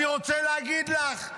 אני רוצה להגיד לך,